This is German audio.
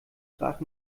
brach